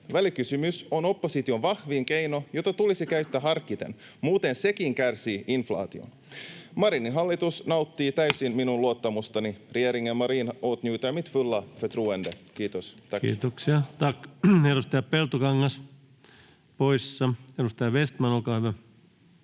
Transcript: Välikysymys on opposition vahvin keino, jota tulisi käyttää harkiten, tai muuten sekin kärsii inflaation. Marinin hallitus nauttii täysin minun luottamustani. Regeringen Marin åtnjuter mitt fulla förtroende. — Kiitos, tack. Kiitoksia, tack. — Edustaja Peltokangas, poissa. — Edustaja Vestman, olkaa hyvä.